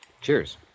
Cheers